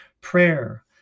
prayer